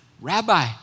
Rabbi